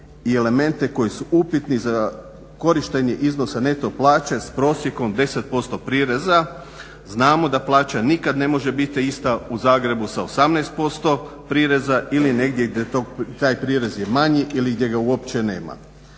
i elemente koji su upitni za korištenje iznosa neto plaće s prosjekom 10% prireza. Znamo da plaća nikad ne može biti ista u Zagrebu s 18% prireza ili negdje gdje taj prirez je manji ili gdje ga uopće nema.